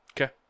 Okay